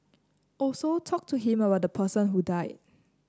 also talk to him about the person who died